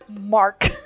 Mark